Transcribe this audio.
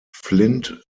flint